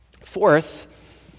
Fourth